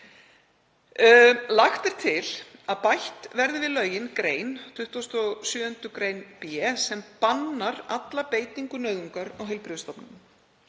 Lagt er til að bætt verði við lögin grein, 27. gr. b, sem bannar alla beitingu nauðungar á heilbrigðisstofnunum.